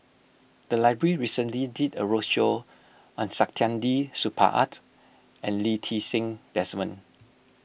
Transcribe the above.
the library recently did a roadshow on Saktiandi Supaat and Lee Ti Seng Desmond